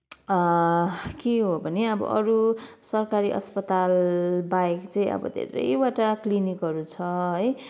के हो भने अब अरू सरकारी अस्पताल बाहेक चाहिँ अब धेरैवटा क्लिनिकहरू छ है